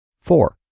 Four